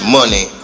Money